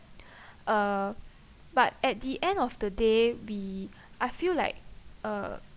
uh but at the end of the day we I feel like uh